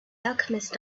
alchemist